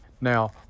Now